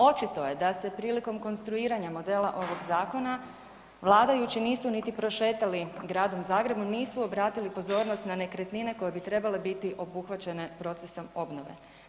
Očito je da se prilikom konstruiranja modela ovog zakona vladajući nisu niti prošetali Gradom Zagrebom, nisu obratili pozornost na nekretnine koje bi trebale biti obuhvaćene procesom obnove.